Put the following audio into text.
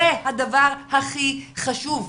זה הדבר הכי חשוב.